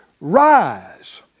rise